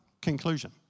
conclusion